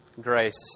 grace